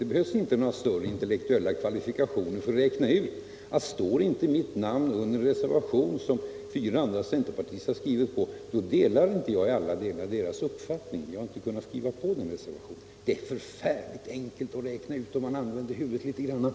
Det behövs inte några större intellektuella kvalifikationer för att räkna ut att står inte mitt namn med på en reservation som fyra andra centerpartister har avgivit delar jag inte i alla delar deras uppfattning och har inte kunnat vara med på den reservationen. Det är förfärligt enkelt att räkna ut, om man använder huvudet litet grand!